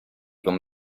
con